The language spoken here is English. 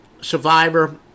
survivor